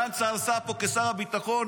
גנץ כשר הביטחון